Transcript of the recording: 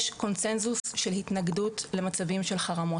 קונצנזוס של התנגדות למצבים של חרמות,